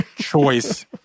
choice